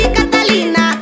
Catalina